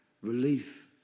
relief